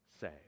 say